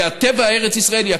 כי הטבע הארץ ישראלי,